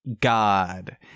God